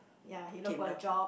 ya he look for the job